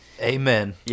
Amen